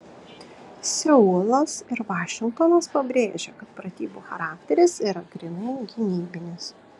seulas ir vašingtonas pabrėžė kad pratybų charakteris yra grynai gynybinis